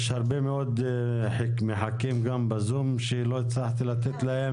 יש הרבה מאוד שמחכים בזום שלא הצלחתי לתת להם.